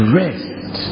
rest